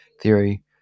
theory